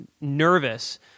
nervous